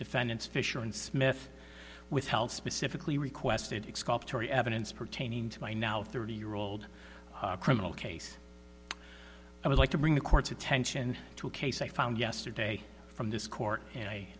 defendants fisher and smith withheld specifically requested exculpatory evidence pertaining to my now thirty year old criminal case i would like to bring the court's attention to a case i found yesterday from this court and i